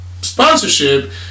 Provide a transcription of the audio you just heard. sponsorship